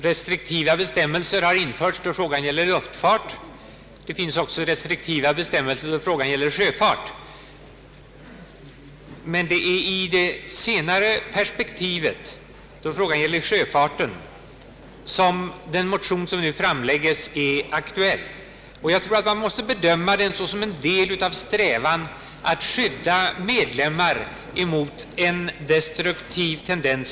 Restriktiva bestämmelser har införts då det gäller luftfart och sjöfart. Det är i det senare perspektivet, då frågan gäller sjöfart, som den motion som nu framläggs är aktuell. Man måste bedöma den såsom en del av en strävan att skydda samhällets medlemmar mot en destruktiv tendens.